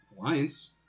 alliance